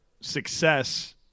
success –